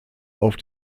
auf